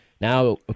Now